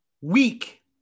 Weak